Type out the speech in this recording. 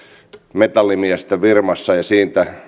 metallimiestä firmassa ja